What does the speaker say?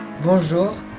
Bonjour